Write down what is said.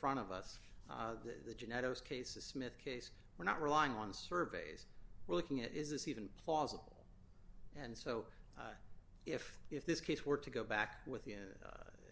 front of us the geneticist case a smith case we're not relying on surveys we're looking at is this even plausible and so if if this case were to go back with the